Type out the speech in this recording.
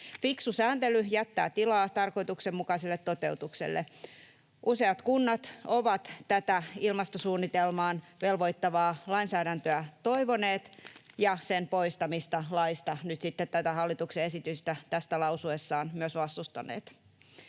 Fiksu sääntely jättää tilaa tarkoituksenmukaiselle toteutukselle. Useat kunnat ovat tätä ilmastosuunnitelmaan velvoittavaa lainsäädäntöä toivoneet ja sen poistamista laista vastustaneet nyt sitten tästä hallituksen esityksestä